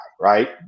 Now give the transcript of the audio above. Right